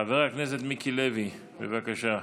חבר הכנסת מיקי לוי, בבקשה.